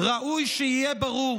ראוי שיהיה ברור